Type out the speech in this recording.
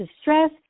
stress